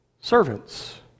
servants